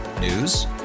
News